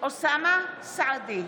אוסאמה סעדי,